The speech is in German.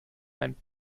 einen